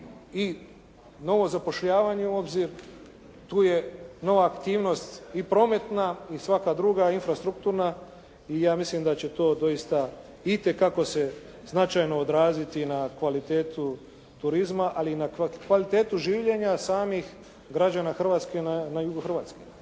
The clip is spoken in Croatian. i novo zapošljavanje u obzir. Tu je nova aktivnost i prometna i svaka druga infrastrukturna i ja mislim da će to doista itekako se značajno odraziti na kvalitetu turizma, ali i na kvalitetu življenja samih građana Hrvatske na jugu Hrvatske.